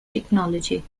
technology